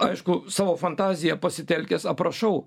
aišku savo fantaziją pasitelkęs aprašau